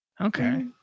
Okay